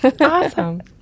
Awesome